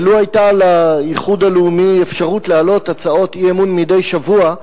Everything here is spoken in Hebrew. ולו היתה לאיחוד הלאומי אפשרות להעלות הצעות אי-אמון מדי שבוע,